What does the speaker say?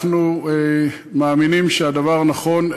אנחנו מאמינים שהדבר נכון,